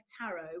tarot